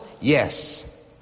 Yes